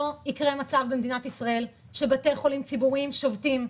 לא יקרה מצב במדינת ישראל שבתי חולים ציבוריים שובתים,